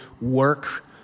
work